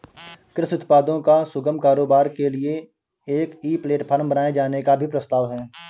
कृषि उत्पादों का सुगम कारोबार के लिए एक ई प्लेटफॉर्म बनाए जाने का भी प्रस्ताव है